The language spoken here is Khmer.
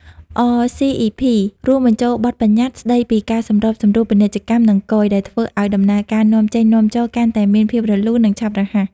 អ សុី អុី ភី(RCEP) រួមបញ្ចូលបទប្បញ្ញត្តិ ស្តីពីការសម្របសម្រួលពាណិជ្ជកម្ម និង គយ ដែលធ្វើឲ្យដំណើរការនាំចេញ-នាំចូលកាន់តែមានភាពរលូន និងឆាប់រហ័ស។